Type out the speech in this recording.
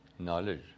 Knowledge